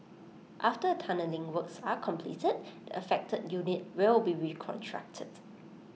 after tunnelling works are completed the affected unit will be reconstructed